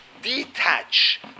detach